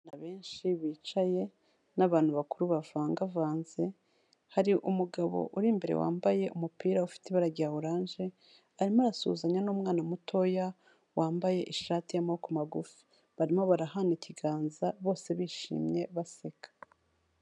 Abana benshi bicaye n'abantu bakuru bavangavanze, hari umugabo uri imbere wambaye umupira ufite ibara rya oranje, arimo arasuhuzanya n'umwana mutoya wambaye ishati y'amaboko magufi, barimo barahana ikiganza bose bishimye baseka.